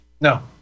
No